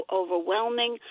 overwhelming